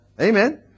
Amen